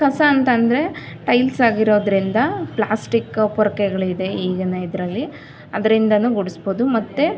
ಕಸ ಅಂತ ಅಂದ್ರೆ ಟೈಲ್ಸ್ ಆಗಿರೋದ್ರಿಂದ ಪ್ಲಾಸ್ಟಿಕ್ ಪೊರ್ಕೆಗಳಿದೆ ಈಗಿನ ಇದರಲ್ಲಿ ಅದ್ರಿಂದಲೂ ಗುಡಿಸಬಹುದು ಮತ್ತೇ